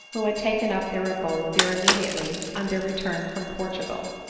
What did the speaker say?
who had taken up their abode there immedi ately on their return from portugal.